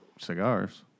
cigars